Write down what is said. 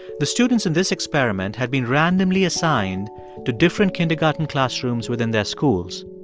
the students in this experiment had been randomly assigned to different kindergarten classrooms within their schools.